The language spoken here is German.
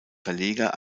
verleger